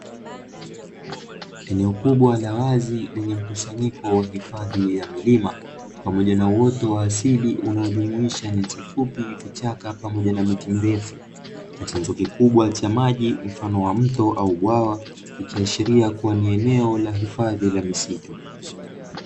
Eneo kubwa la wazi lenye mkusanyiko wa hifadhi ya milima, pamoja na uoto wa asili unaojumuisha nyasi fupi, kichaka pamoja na miti mirefu na chanzo kikubwa cha maji mfano wa mto au bwawa ikiashiria kuwa eneo la hifadhi ya misitu.